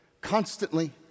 constantly